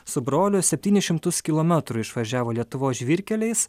su broliu septynis šimtus kilometrų išvažiavo lietuvos žvyrkeliais